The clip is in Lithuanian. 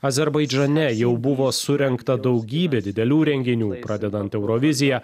azerbaidžane jau buvo surengta daugybė didelių renginių pradedant eurovizija